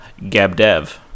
GabDev